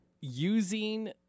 Using